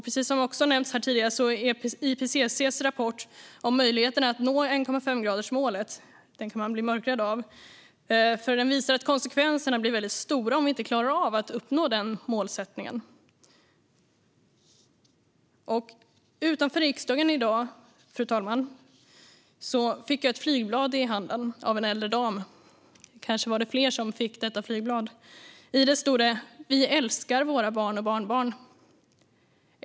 Precis som också har nämnts tidigare kan man bli mörkrädd av IPCC:s rapport om möjligheterna att nå 1,5-gradersmålet. Den visar att konsekvenserna blir stora om vi inte klarar av att uppnå den målsättningen. Fru talman! Utanför riksdagen i dag fick jag ett flygblad i handen av en äldre dam. Kanske var det fler som fick ett sådant flygblad. I det stod det: Vi älskar våra barn och barnbarn.